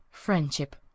Friendship